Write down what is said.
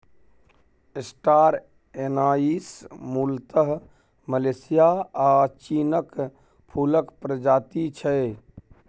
star anise मुलतः Malaysia आ चीनक फुलक प्रजाति छै